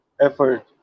effort